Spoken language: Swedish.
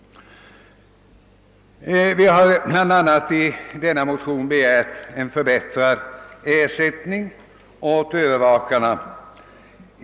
I vår motion har vi bl.a. begärt högre ersättning åt övervakarna.